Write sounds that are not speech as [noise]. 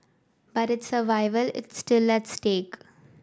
but its survival is still [unintelligible] stake